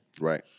Right